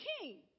king